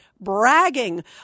bragging